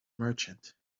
merchant